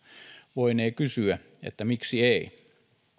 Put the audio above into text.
voinee kysyä miksi ei